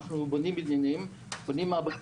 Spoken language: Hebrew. אנחנו בונים בניינים, בונים מעבדות,